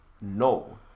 No